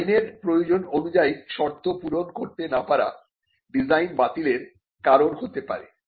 আইনের প্রয়োজন অনুযায়ী শর্ত পূরণ করতে না পারা ডিজাইন বাতিলের কারণ হতে পারে